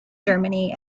germany